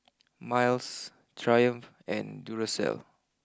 miles Triumph and Duracell